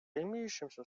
имеющимся